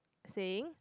saying